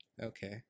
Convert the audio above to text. Okay